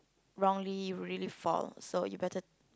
wrongly you really fall so you better